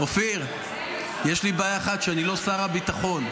אופיר, יש לי בעיה אחת, אני לא שר הביטחון.